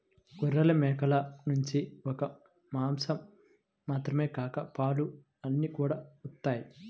గొర్రెలు, మేకల నుంచి ఒక్క మాసం మాత్రమే కాక పాలు, ఉన్ని కూడా వత్తయ్